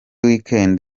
weekend